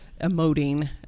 emoting